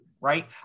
right